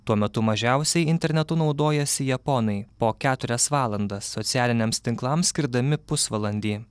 tuo metu mažiausiai internetu naudojasi japonai po keturias valandas socialiniams tinklams skirdami pusvalandį